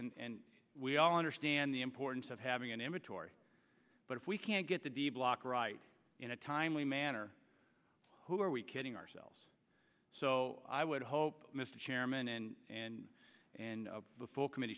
and we all understand the importance of having an immaturity but if we can't get the d block right in a timely manner who are we kidding ourselves so i would hope mr chairman and and and the full committee